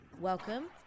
Welcome